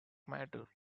matter